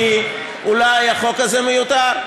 עכשיו, שואלים אותי: אולי החוק הזה מיותר.